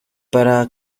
para